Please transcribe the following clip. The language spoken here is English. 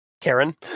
Karen